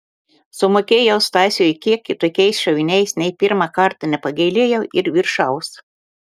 sumokėjau stasiui kiek kitokiais šoviniais nei pirmą kartą nepagailėjau ir viršaus